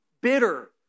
bitter